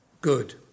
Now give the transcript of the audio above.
good